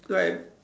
like